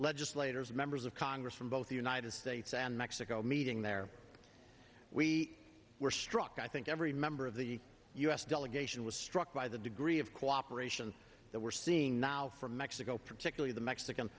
legislators members of congress from both the united states and mexico meeting there we were struck i think every member of the u s delegation was struck by the degree of cooperation that we're seeing now from mexico particularly the mexican